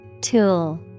Tool